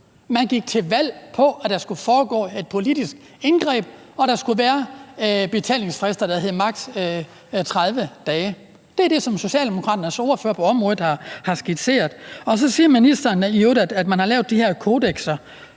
Man gik til valg på, at der skulle foregå et politisk indgreb, og at der skulle være betalingsfrister, der hed maks. 30 dage. Det er det, som Socialdemokraternes ordfører på området har skitseret. Så siger ministeren i øvrigt, at man har lavet de her kodekser